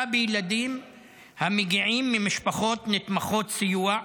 בילדים המגיעים ממשפחות נתמכות סיוע.